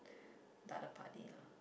the other party lah